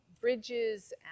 bridges